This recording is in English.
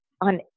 on